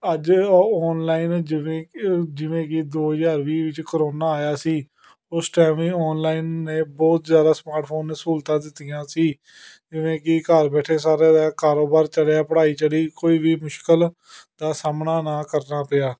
ਅੱਜ ਔ ਔਨਲਾਈਨ ਜਿਵੇਂ ਜਿਵੇਂ ਕਿ ਦੋ ਹਜ਼ਾਰ ਵੀਹ ਵਿੱਚ ਕਰੋਨਾ ਆਇਆ ਸੀ ਉਸ ਟਾਈਮ ਔਨਲਾਈਨ ਨੇ ਬਹੁਤ ਜ਼ਿਆਦਾ ਸਮਾਰਟਫੋਨ ਨੇ ਸਹੂਲਤਾਂ ਦਿੱਤੀਆਂ ਸੀ ਜਿਵੇਂ ਕਿ ਘਰ ਬੈਠੇ ਸਾਰਿਆਂ ਦਾ ਕਾਰੋਬਾਰ ਚੱਲ ਰਿਹਾ ਪੜ੍ਹਾਈ ਚੱਲੀ ਕੋਈ ਵੀ ਮੁਸ਼ਕਲ ਦਾ ਸਾਹਮਣਾ ਨਾ ਕਰਨਾ ਪਿਆ